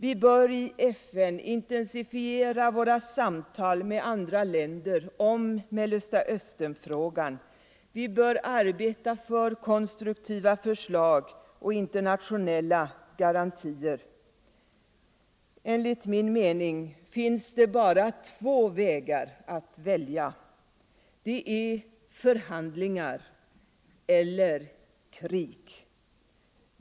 Vi bör i FN intensifiera våra samtal med andra länder om Mellersta Östern-frågan, arbeta för konstruktiva förslag och internationella garantier. Enligt min mening finns det bara två vägar att välja mellan. Det är förhandlingar — eller krig.